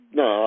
no